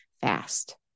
fast